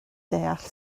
deall